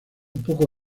poco